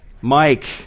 Mike